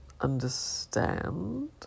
understand